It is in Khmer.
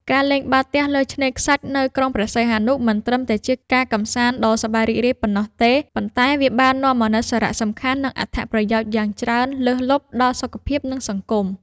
ការលេងបាល់ទះលើឆ្នេរខ្សាច់នៅក្រុងព្រះសីហនុ មិនត្រឹមតែជាការកម្សាន្តដ៏សប្បាយរីករាយប៉ុណ្ណោះទេ ប៉ុន្តែវាបាននាំមកនូវសារៈសំខាន់ និងអត្ថប្រយោជន៍យ៉ាងច្រើនលើសលប់ដល់សុខភាព និងសង្គម។